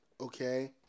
Okay